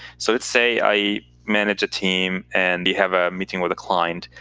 so let's say i manage a team, and we have a meeting with a client,